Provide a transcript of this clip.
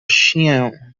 śnię